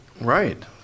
right